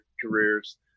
careers